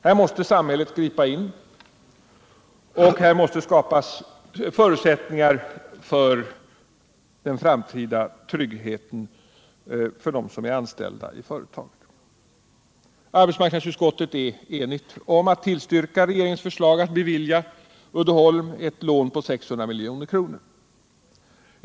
Här måste samhället gripa in, och här måste skapas förutsättningar för den framtida tryggheten för dem som är anställda i företaget. Arbetsmarknadsutskottet är enigt om att tillstyrka regeringens förslag att bevilja Uddeholm ett lån på 600 miljoner.